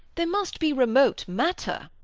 there must be remote matter.